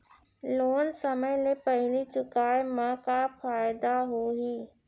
Loan समय ले पहिली चुकाए मा का फायदा होही?